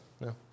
no